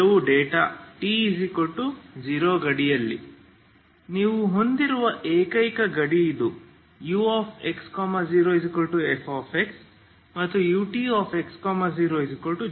t0 ಗಡಿಯಲ್ಲಿ ನೀವು ಹೊಂದಿರುವ ಏಕೈಕ ಗಡಿ ಇದು ux0fx ಮತ್ತು utx0g